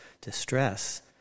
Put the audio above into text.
distress